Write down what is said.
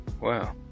Wow